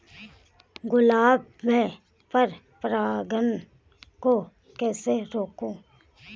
गुलाब में पर परागन को कैसे रोकुं?